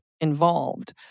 involved